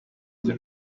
izo